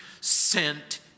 sent